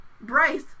Bryce